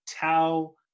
Tau